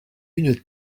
une